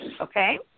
okay